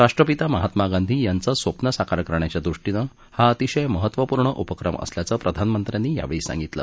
राष्ट्रपिता महात्मा गांधी यांचं स्वप्न साकार करण्याच्या दृष्टीनं हा अतिशय महत्वपूर्ण उपक्रम असल्याचं प्रधानमंत्र्यांनी यावेळी सांगितलं